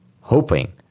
hoping